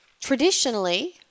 Traditionally